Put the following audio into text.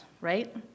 right